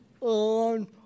on